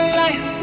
life